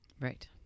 Right